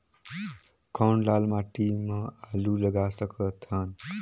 कौन लाल माटी म आलू लगा सकत हन?